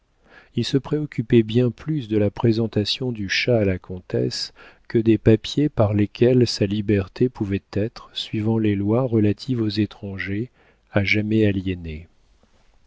il se préoccupait bien plus de la présentation du chat à la comtesse que des papiers par lesquels sa liberté pouvait être suivant les lois relatives aux étrangers à jamais aliénée